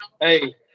hey